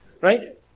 right